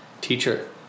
teacher